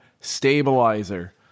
stabilizer